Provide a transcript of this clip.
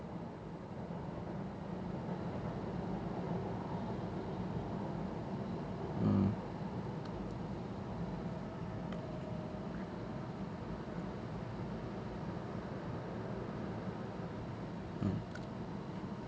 mm